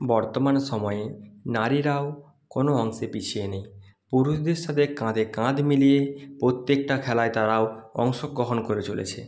বর্তমান সময়ে নারীরাও কোনো অংশে পিছিয়ে নেই পুরুষদের সাথে কাঁদে কাঁধ মিলিয়ে প্রত্যেকটা খেলায় তারাও অংশগ্রহণ করে চলেছে